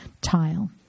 tile